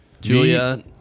Julia